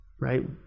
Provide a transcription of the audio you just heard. Right